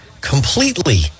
Completely